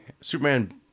Superman